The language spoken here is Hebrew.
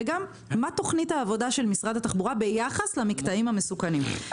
ומה תוכנית העבודה של משרד התחבורה ביחס למקטעים המסוכנים.